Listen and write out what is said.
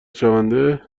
شونده